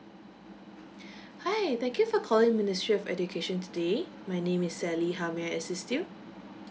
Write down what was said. hi thank you for calling ministry of education today my name is sally how may I assist you